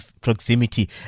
proximity